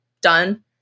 done